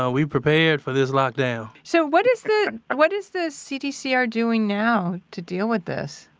ah we prepared for this lockdown so what is the, what is the cdcr doing now to deal with this?